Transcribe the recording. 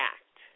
Act